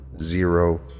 Zero